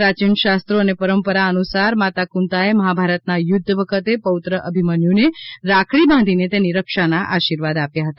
પ્રાચીન શાસ્ત્રો અને પરંપરા અનુસાર માતા કુંતાએ મહાભારતના યુધ્ધ વખતે પૌત્ર અભિમન્યુને રાખડી બાંધીને તેની રક્ષાના આશીર્વાદ આપ્યા હતા